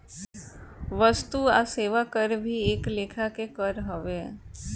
वस्तु आ सेवा कर भी एक लेखा के कर हवे